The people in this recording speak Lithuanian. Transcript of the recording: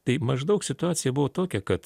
tai maždaug situacija buvo tokia kad